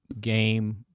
game